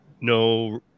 No